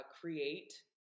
create